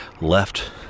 left